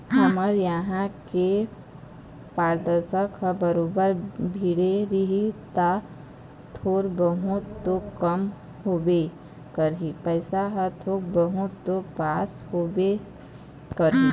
हमर इहाँ के पार्षद ह बरोबर भीड़े रही ता थोर बहुत तो काम होबे करही पइसा ह थोक बहुत तो पास होबे करही